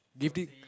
give dig~